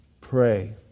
pray